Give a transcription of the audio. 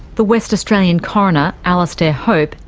the west australian coroner, alastair hope,